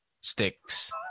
sticks